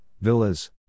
villas